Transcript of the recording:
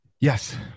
Yes